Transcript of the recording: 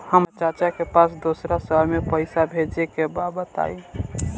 हमरा चाचा के पास दोसरा शहर में पईसा भेजे के बा बताई?